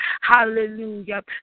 Hallelujah